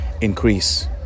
increase